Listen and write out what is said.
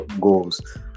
goals